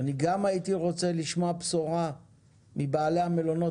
גם הייתי רוצה לשמוע בשורה מבעלי המלונות,